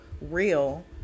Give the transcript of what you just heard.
real